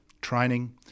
Training